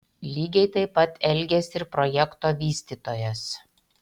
lygiai taip pat elgėsi ir projekto vystytojas